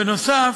בנוסף,